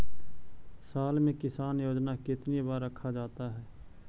साल में किसान योजना कितनी बार रखा जाता है?